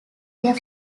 their